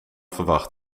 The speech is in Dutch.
verwacht